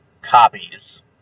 copies